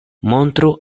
montru